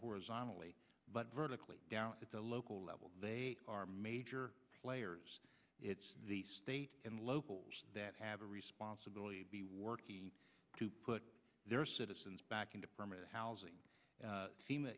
horizontally but vertically down at the local level they are major players it's the state and local that have a responsibility be worked to put their citizens back into permanent housing